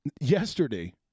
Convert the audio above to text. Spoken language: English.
yesterday